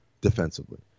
defensively